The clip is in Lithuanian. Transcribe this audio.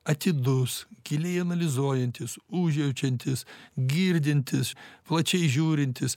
atidus giliai analizuojantis užjaučiantis girdintyis plačiai žiūrintis